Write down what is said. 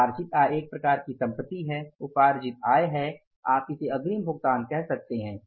उपार्जित आय एक प्रकार का संपत्ति है उपार्जित आय है आप इसे अग्रिम भुगतान कह सकते हैं